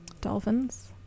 dolphins